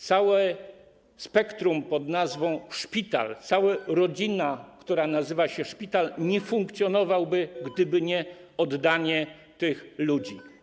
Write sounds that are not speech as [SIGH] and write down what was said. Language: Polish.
Całe spektrum pod nazwą [NOISE] szpital, cała rodzina, która nazywa się szpital, nie funkcjonowałaby, gdyby nie oddanie tych ludzi.